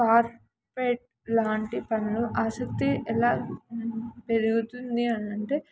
carpet లాంటి పనులు ఆసక్తి ఎలా పెరుగుతుంది అనంటే